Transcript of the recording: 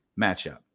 matchup